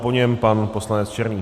Po něm pan poslanec Černý.